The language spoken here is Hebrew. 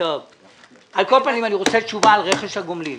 על כל פנים, אני רוצה תשובה על רכש הגומלין.